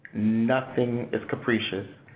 nothing is capricious,